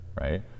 Right